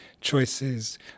choices